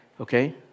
okay